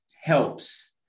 helps